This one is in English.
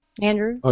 Andrew